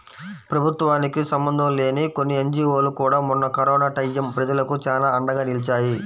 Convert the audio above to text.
ప్రభుత్వానికి సంబంధం లేని కొన్ని ఎన్జీవోలు కూడా మొన్న కరోనా టైయ్యం ప్రజలకు చానా అండగా నిలిచాయి